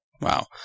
Wow